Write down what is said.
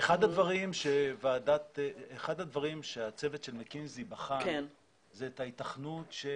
אחד הדברים שהצוות של מקינזי בחן זה את ההיתכנות של